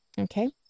Okay